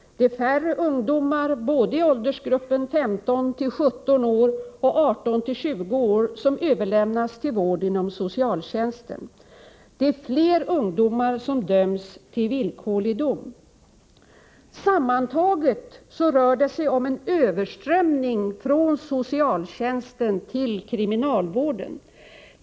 Det är färre ungdomar både i åldersgruppen 15-17 år och i gruppen 18-20 år som överlämnats till vård inom socialtjänsten. Det är fler ungdomar som dömts till villkorlig dom. Sammantaget rör det sig om en överströmning från socialtjänsten till kriminalvården.